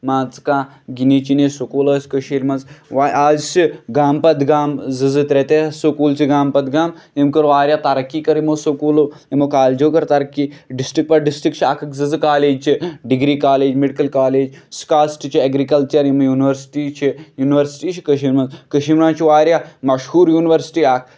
مان ژٕ کانہہ گِنٕے چُنے سکوٗل ٲسۍ کٔشیٖر منٛز وۄنۍ آز چھِ گامہٕ پَتہٕ گامہٕ زٕ زٕ ترے ترے سکوٗل چھِ گامہٕ پَتہٕ گامہٕ أمۍ کٔر واریاہ ترقی کٔر یِمو سکوٗلو یِمو کالجو کٔر ترقی ڈِسٹرک پٮ۪ٹھ ڈِسٹرک چھِ اکھ اکھ زٕ زٕ کالیج چھِ degree college medical college SKUAST چھُ ایگرِکَلچر یِم یُنورسٹی چھِ یُنورسٹی چھِ کٔشیٖر منٛز کٔشیٖر منٛز چھُ واریاہ مَشہوٗر یُنورسٹی اکھ